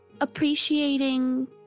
appreciating